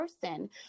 person